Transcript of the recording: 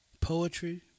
Poetry